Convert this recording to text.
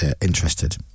interested